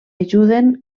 ajuden